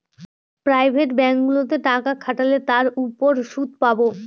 private ব্যাঙ্কগুলোতে টাকা খাটালে তার উপর সুদ পাবো